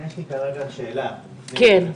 יש לי שאלה, לא התייחסות.